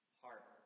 heart